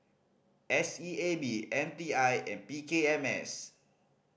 S E A B M T I and P K M S